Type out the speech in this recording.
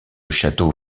château